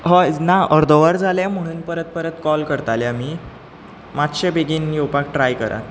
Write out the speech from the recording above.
हय ना अर्द वर जालें म्हणून परत परत कॉल करताले आमी मात्शे बेगीन येवपाक ट्राय करात